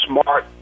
smart